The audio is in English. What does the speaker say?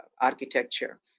architecture